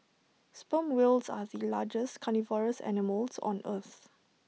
sperm whales are the largest carnivorous animals on earth